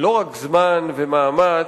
לא רק זמן ומאמץ